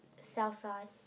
Southside